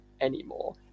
anymore